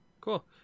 cool